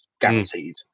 guaranteed